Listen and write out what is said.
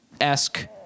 esque